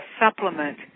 supplement